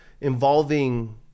involving